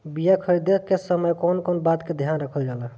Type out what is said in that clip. बीया खरीदे के समय कौन कौन बात के ध्यान रखल जाला?